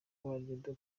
waryo